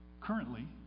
Currently